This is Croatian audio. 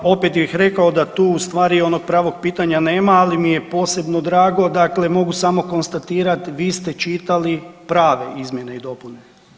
Pa opet bih rekao da tu u stvari onog pravog pitanja nema, ali mi je posebno drago dakle mogu samo konstatirat vi ste čitali prave izmjene i dopune.